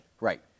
Right